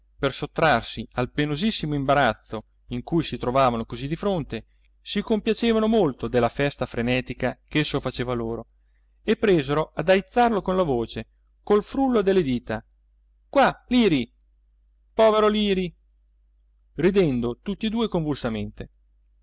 per sottrarsi al penosissimo imbarazzo in cui si trovavano così di fronte si compiacevano molto della festa frenetica ch'esso faceva loro e presero ad aizzarlo con la voce col frullo delle dita qua liri povero liri ridendo tutti e due